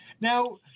Now